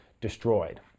destroyed